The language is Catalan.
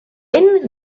vent